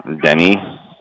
Denny